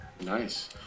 nice